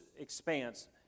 expanse